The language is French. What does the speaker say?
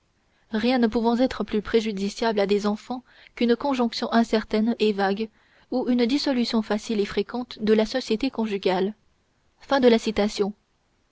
rien ne pouvant être plus préjudiciable à des enfants qu'une conjonction incertaine et vague ou une dissolution facile et fréquente de la société conjugale